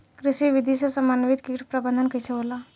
कृषि विधि से समन्वित कीट प्रबंधन कइसे होला?